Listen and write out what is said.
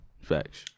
Facts